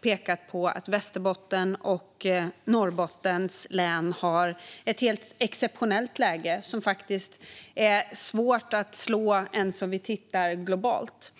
pekar på att Västerbottens och Norrbottens län har ett helt exceptionellt läge som faktiskt är svårt att slå ens om vi tittar globalt.